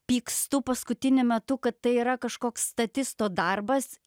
pykstu paskutiniu metu kad tai yra kažkoks statisto darbas